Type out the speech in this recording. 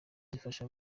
zifasha